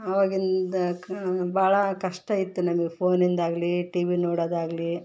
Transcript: ಅವಾಗಿಂದ ಕಾ ಭಾಳ ಕಷ್ಟ ಇತ್ತು ನಮಗೆ ಫೋನಿಂದು ಆಗಲಿ ಟಿ ವಿ ನೋಡೋದಾಗಲಿ